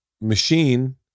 machine